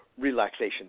Relaxation